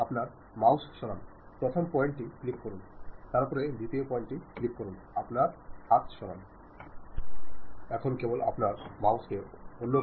ചില സന്ദർഭങ്ങളിൽ വൈവിധ്യ രീതിയിലുള്ള പെരുമാറ്റം ഉണ്ടായാൽ ഒരു ഡോക്ടറെ സമീപിക്കേണ്ടതുണ്ട് കുട്ടി കാണിക്കുന്ന ചില ചേഷ്ടകളിൽ നിന്നും കുട്ടിക്ക് എന്തെങ്കിലും അസുഖം ഉണ്ടോയെന്ന് ഡോക്ടർക്ക് പറയാൻ കഴിയും